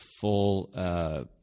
full